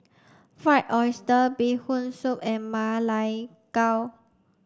fried oyster bee hoon soup and Ma Lai Gao